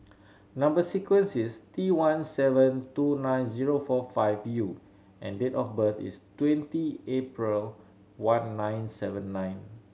number sequence is T one seven two nine zero four five U and date of birth is twenty April one nine seven nine